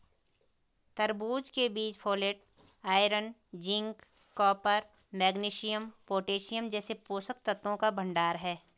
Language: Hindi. तरबूज के बीज folate, iron, zinc, copper, magnesium, potassium जैसे पोषक तत्वों का भंडार है